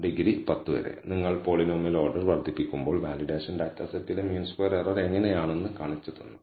degree 10 വരെ നിങ്ങൾ polynomial order വർദ്ധിപ്പിക്കുമ്പോൾ വാലിഡേഷൻ ഡാറ്റാ സെറ്റിലെ മീൻ സ്ക്വയർ എറർ എങ്ങനെയാണെന്ന് കാണിച്ചുതന്നു